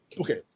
okay